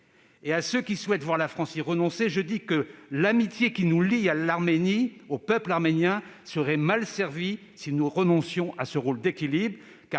Et à ceux qui souhaitent voir la France y renoncer, je dis que l'amitié qui nous lie à l'Arménie, au peuple arménien, serait mal servie si nous renoncions à ce rôle d'équilibre,